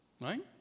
Right